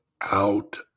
out